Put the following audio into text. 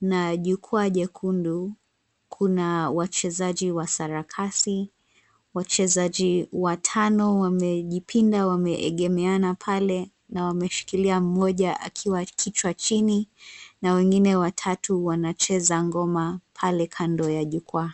na jukwa jekundu kuna wachezaji wa sarakasi. Wachezaji watano wamejipinda wameegemeana pale na wameshikilia mmoja akiwa kichwa chini na wengine watatu wanacheza ngoma pale kando ya jukwaa.